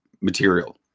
material